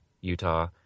Utah